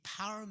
empowerment